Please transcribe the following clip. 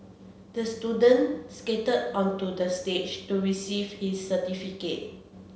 the student skated onto the stage to receive his certificate